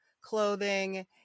clothing